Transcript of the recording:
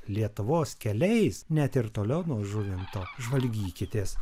lietuvos keliais net ir toliau nuo žuvinto žvalgykitės